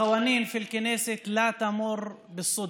החוקים בכנסת לא עוברים במקרה,